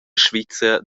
svizra